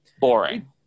Boring